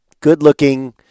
good-looking